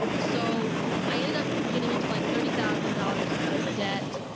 so i ended up getting into like thirty thousand dollars of debt.